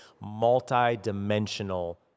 multi-dimensional